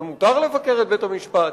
ומותר לבקר את בית-המשפט.